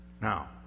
Now